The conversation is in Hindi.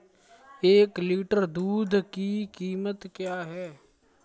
एक लीटर दूध की कीमत क्या है?